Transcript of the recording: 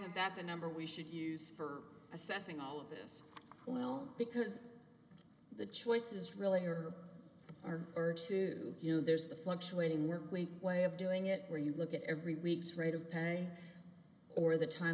't that the number we should use for assessing all of this well because the choices really are our urge to you know there's the fluctuating were great way of doing it where you look at every week's rate of pay or the time